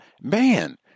man